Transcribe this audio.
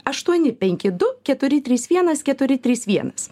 aštuoni penki du keturi trys vienas keturi trys vienas